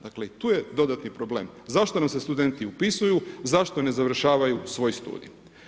Dakle i tu je dodatni problem, zašto nam se studenti upisuju, zašto ne završavaju svoj studij.